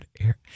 air